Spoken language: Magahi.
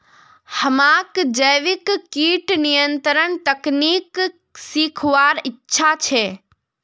हमाक जैविक कीट नियंत्रण तकनीक सीखवार इच्छा छ